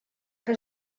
que